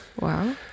Wow